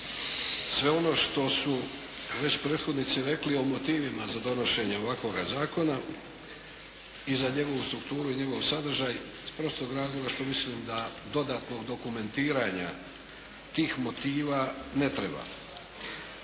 sve ono što su već prethodnici rekli o motivima za donošenje ovakvoga zakona i za njegovu strukturu i njegov sadržaj iz prostog razloga što mislim da dodatnog dokumentiranja tih motiva ne treba.